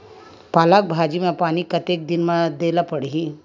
पालक भाजी म पानी कतेक दिन म देला पढ़ही?